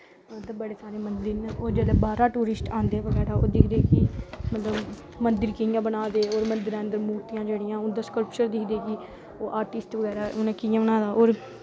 बड़े सारे मन्दर नै होर बाह्रा दा जिसलै टूरिस्ट आंदे ओह् दिखदे कि मन्दर कि'यां बना दे मन्दरें दे अन्दर मूर्तियां जेह्ड़ियां सकल्पटर दिखदे कि ओह् आर्टिस्ट बगैरा ओह् कि'यां बना दा ओह्